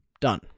done